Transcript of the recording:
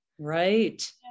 Right